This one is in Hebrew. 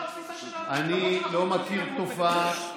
אני לא מכיר תופעה,